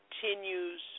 continues